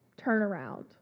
turnaround